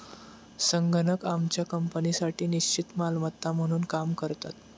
संगणक आमच्या कंपनीसाठी निश्चित मालमत्ता म्हणून काम करतात